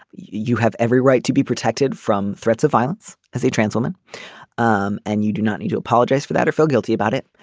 you have every right to be protected from threats of violence as a trans woman um and you do not need to apologize for that or feel guilty about it.